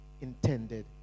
intended